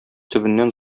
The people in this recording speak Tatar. төбеннән